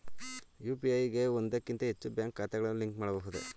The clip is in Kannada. ಯು.ಪಿ.ಐ ಗೆ ಒಂದಕ್ಕಿಂತ ಹೆಚ್ಚು ಬ್ಯಾಂಕ್ ಖಾತೆಗಳನ್ನು ಲಿಂಕ್ ಮಾಡಬಹುದೇ?